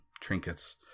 trinkets